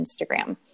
Instagram